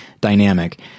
dynamic